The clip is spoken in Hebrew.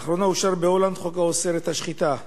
לאחרונה אושר בהולנד חוק האוסר את השחיטה.